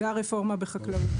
זה הרפורמה בחקלאות,